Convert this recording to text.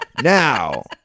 now